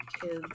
kids